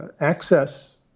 access